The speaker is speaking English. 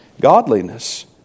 Godliness